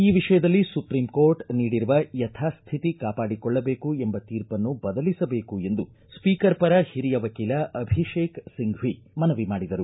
ಈ ವಿಷಯದಲ್ಲಿ supreme court ನೀಡಿರುವ ಯಥಾಸ್ತಿತಿ ಕಾಪಾಡಿಕೊಳ್ಳಬೇಕು ಎಂಬ ತೀರ್ಪನ್ನು ಬದಲಿಸಬೇಕು ಎಂದು ಸ್ವೀಕರ್ ಪರ ಹಿರಿಯ ವಕೀಲ ಅಭಿಷೇಕ್ ಒಂಪ್ಟಿ ಮನವಿ ಮಾಡಿದರು